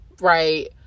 right